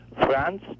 France